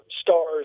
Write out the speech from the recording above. stars